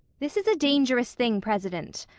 this is a dangerous thing, president.